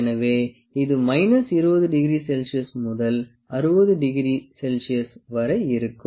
எனவே இது minus 20°C முதல் 60°C வரை இருக்கும்